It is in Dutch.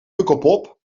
pukkelpop